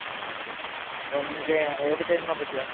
ആ ഓക്കെ അപ്പോൾ നിങ്ങൾക്ക് ഏത് ടൈം ആണ് പറ്റുക